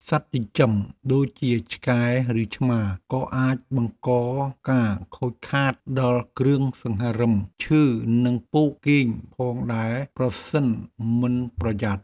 សត្វចិញ្ចឹមដូចជាឆ្កែឬឆ្មាក៏អាចបង្កការខូចខាតដល់គ្រឿងសង្ហារិមឈើនិងពូកគេងផងដែរប្រសិនមិនប្រយ័ត្ន។